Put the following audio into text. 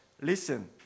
listen